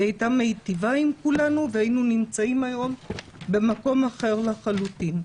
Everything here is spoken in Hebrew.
והיא הייתה מיטיבה עם כולנו והיינו נמצאים היום במקום אחר לחלוטין.